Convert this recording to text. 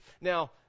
Now